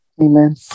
Amen